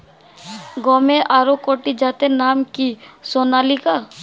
গমের আরেকটি জাতের নাম কি সোনালিকা?